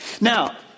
Now